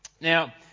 Now